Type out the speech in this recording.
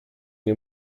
nie